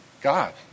God